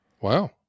Wow